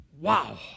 Wow